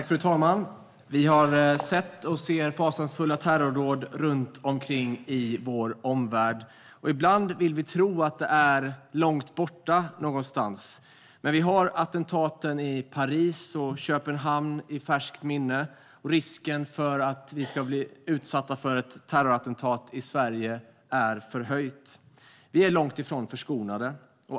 Fru talman! Vi har sett och ser fasansfulla terrordåd runt omkring i vår omvärld. Ibland vill vi tro att det händer någonstans långt borta. Men vi har attentaten i Paris och Köpenhamn i färskt minne. Risken för att vi ska bli utsatta för ett terrorattentat i Sverige är förhöjd. Vi är långt ifrån förskonade.